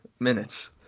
minutes